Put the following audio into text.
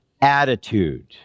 attitude